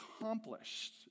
accomplished